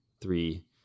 three